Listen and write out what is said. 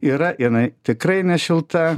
yra jinai tikrai nešilta